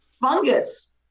Fungus